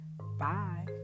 Bye